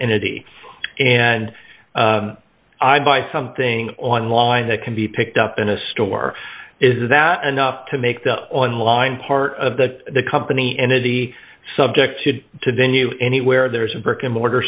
entity and i buy something online that can be picked up in a store is that enough to make the online part of the the company entity subjected to venue anywhere there's a brick and mortar